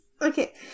Okay